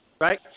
Right